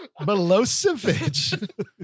Milosevic